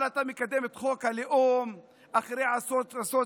אבל אתה מקדם את חוק הלאום אחרי עשרות